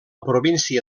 província